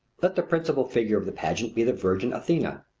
let the principal figure of the pageant be the virgin athena,